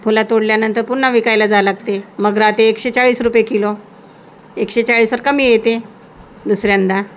फुलं तोडल्यानंतर पुन्हा विकायला जावं लागते मग राहते एकशे चाळीस रुपये किलो एकशे चाळीसवर कमी येते दुसऱ्यांदा